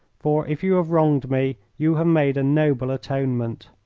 for if you have wronged me you have made a noble atonement.